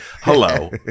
Hello